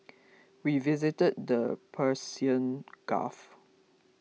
we visited the Persian Gulf